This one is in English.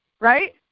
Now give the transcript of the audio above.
Right